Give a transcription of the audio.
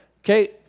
Okay